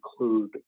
include